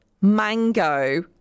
mango